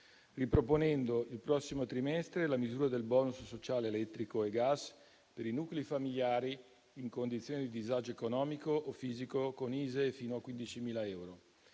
riproponendo il prossimo trimestre la misura del *bonus* sociale elettrico e gas per i nuclei familiari in condizioni di disagio economico o fisico con ISEE fino a 15.000 euro.